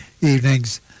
evenings